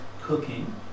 cooking